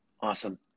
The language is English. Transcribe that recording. Awesome